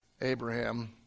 Abraham